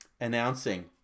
announcing